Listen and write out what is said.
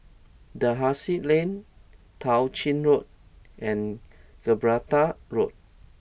Dalhousie Lane Tao Ching Road and Gibraltar Road